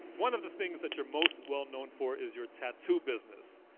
one of the things that you're most well-known for is your tattoo business.